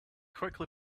quickly